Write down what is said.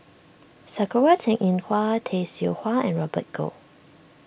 Sakura Teng Ying Hua Tay Seow Huah and Robert Goh